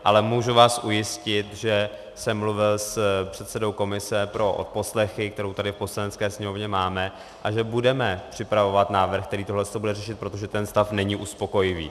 Ale můžu vás ujistit, že jsem mluvil s předsedou komise pro odposlechy, kterou tady v Poslanecké sněmovně máme, a že budeme připravovat návrh, který toto bude řešit, protože ten stav není uspokojivý.